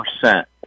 percent